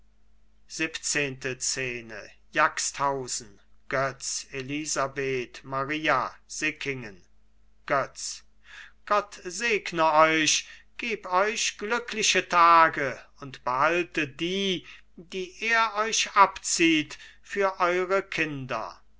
götz elisabeth maria sickingen götz gott segne euch geb euch glückliche tage und behalte die die er euch abzieht für eure kinder